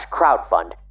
crowdfund